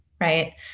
right